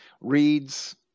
reads